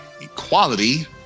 equality